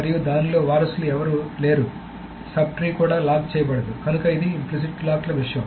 మరియు దానిలో వారసులు ఎవరూ లేరు సబ్ ట్రీ కూడా లాక్ చేయబడదు కనుక ఇది ఇంప్లిసిట్ లాక్ ల విషయం